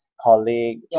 colleague